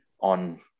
on